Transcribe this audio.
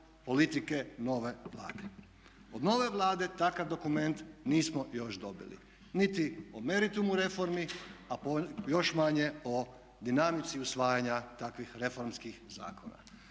politike nove Vlade. Od nove Vlade takav dokument nismo još dobili niti o meritumu reformi, a još manje o dinamici usvajanja takvih reformskih zakona.